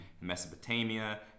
Mesopotamia